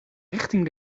richting